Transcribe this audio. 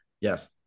yes